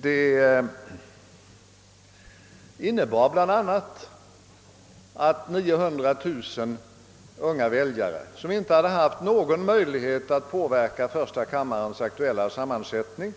Detta innebar bl.a. att 900 000 unga väljare, som inte haft någon möjlighet att påverka första kammarens sammansättning, i